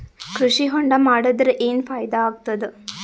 ಕೃಷಿ ಹೊಂಡಾ ಮಾಡದರ ಏನ್ ಫಾಯಿದಾ ಆಗತದ?